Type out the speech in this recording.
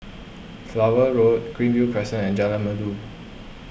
Flower Road Greenview Crescent and Jalan Merdu